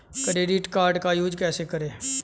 Credit card का use कैसे करें?